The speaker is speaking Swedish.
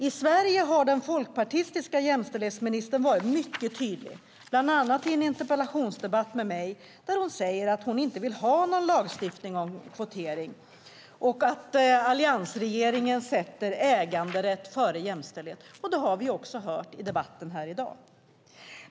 I Sverige har den folkpartistiska jämställdhetsministern varit mycket tydlig, bland annat i en interpellationsdebatt med mig, med att hon inte vill ha någon lagstiftning om kvotering och att alliansregeringen sätter äganderätt före jämställdhet. Och det har vi också hört i debatten här i dag.